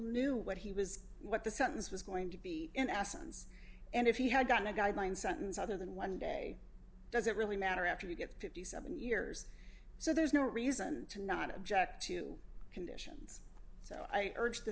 knew what he was what the sentence was going to be in essence and if he had gotten a guideline sentence rather than one day does it really matter after he gets fifty seven years so there's no reason to not object to conditions so i urge t